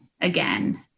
again